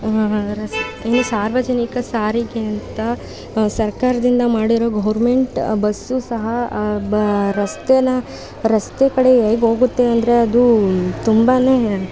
ರಸ್ತೆ ಸಾರ್ವಜನಿಕ ಸಾರಿಗೆ ಅಂತ ಸರ್ಕಾರದಿಂದ ಮಾಡಿರೋ ಗೌರ್ಮೆಂಟ್ ಬಸ್ಸು ಸಹ ಬ ರಸ್ತೆನ ರಸ್ತೆ ಕಡೆ ಹೇಗೆ ಹೋಗುತ್ತೆ ಅಂದರೆ ಅದು ತುಂಬನೇ